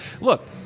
Look